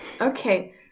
okay